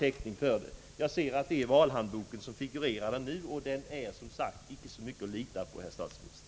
Jag ser att det är den socialdemokratiska valhandboken som figu rerar ännu och den är, som sagt, inte mycket att lita på, herr statsminister.